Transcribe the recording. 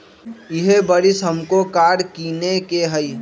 इहे बरिस हमरो कार किनए के हइ